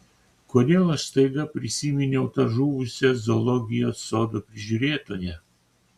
kodėl aš staiga prisiminiau tą žuvusią zoologijos sodo prižiūrėtoją